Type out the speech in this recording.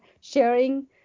sharing